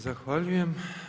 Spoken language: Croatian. Zahvaljujem.